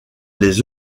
les